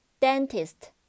Dentist